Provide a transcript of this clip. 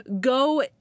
go